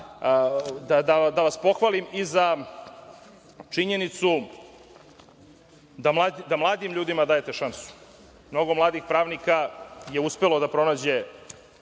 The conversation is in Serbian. da vas pohvalim i za činjenicu da mladim ljudima dajete šansu. Mnogo mladih pravnika je uspelo da pronađe